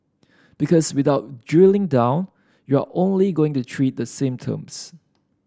because without drilling down you're only going to treat the symptoms